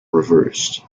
reversed